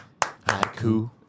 Haiku